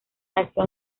nació